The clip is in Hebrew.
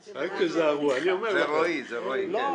לא,